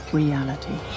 reality